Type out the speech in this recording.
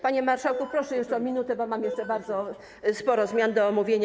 Panie marszałku, proszę jeszcze o minutę, bo mam jeszcze bardzo sporo zmian do omówienia.